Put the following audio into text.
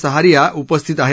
सहारिया उपस्थित आहेत